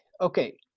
Okay